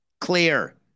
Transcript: clear